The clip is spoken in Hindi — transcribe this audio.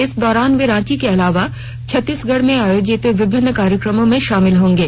इस दौरान वे रांची के अलावा छत्तीसगढ़ में आयोजित विभिन्न कार्यक़मों में शामिल होंगे